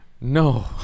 no